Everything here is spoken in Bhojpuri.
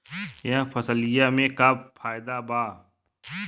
यह फसलिया में का फायदा बा?